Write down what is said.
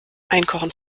einkochen